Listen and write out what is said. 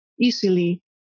easily